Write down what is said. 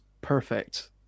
perfect